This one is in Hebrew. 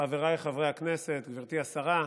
חבריי חברי הכנסת, גברתי השרה,